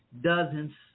dozens